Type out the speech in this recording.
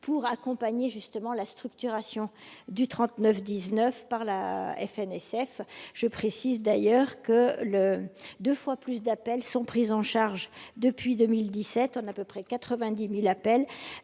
pour accompagner justement la structuration du trente-neuf 19 par la FNSF je précise d'ailleurs que le 2 fois plus d'appels sont pris en charge depuis 2017 on a à peu près 90000 appels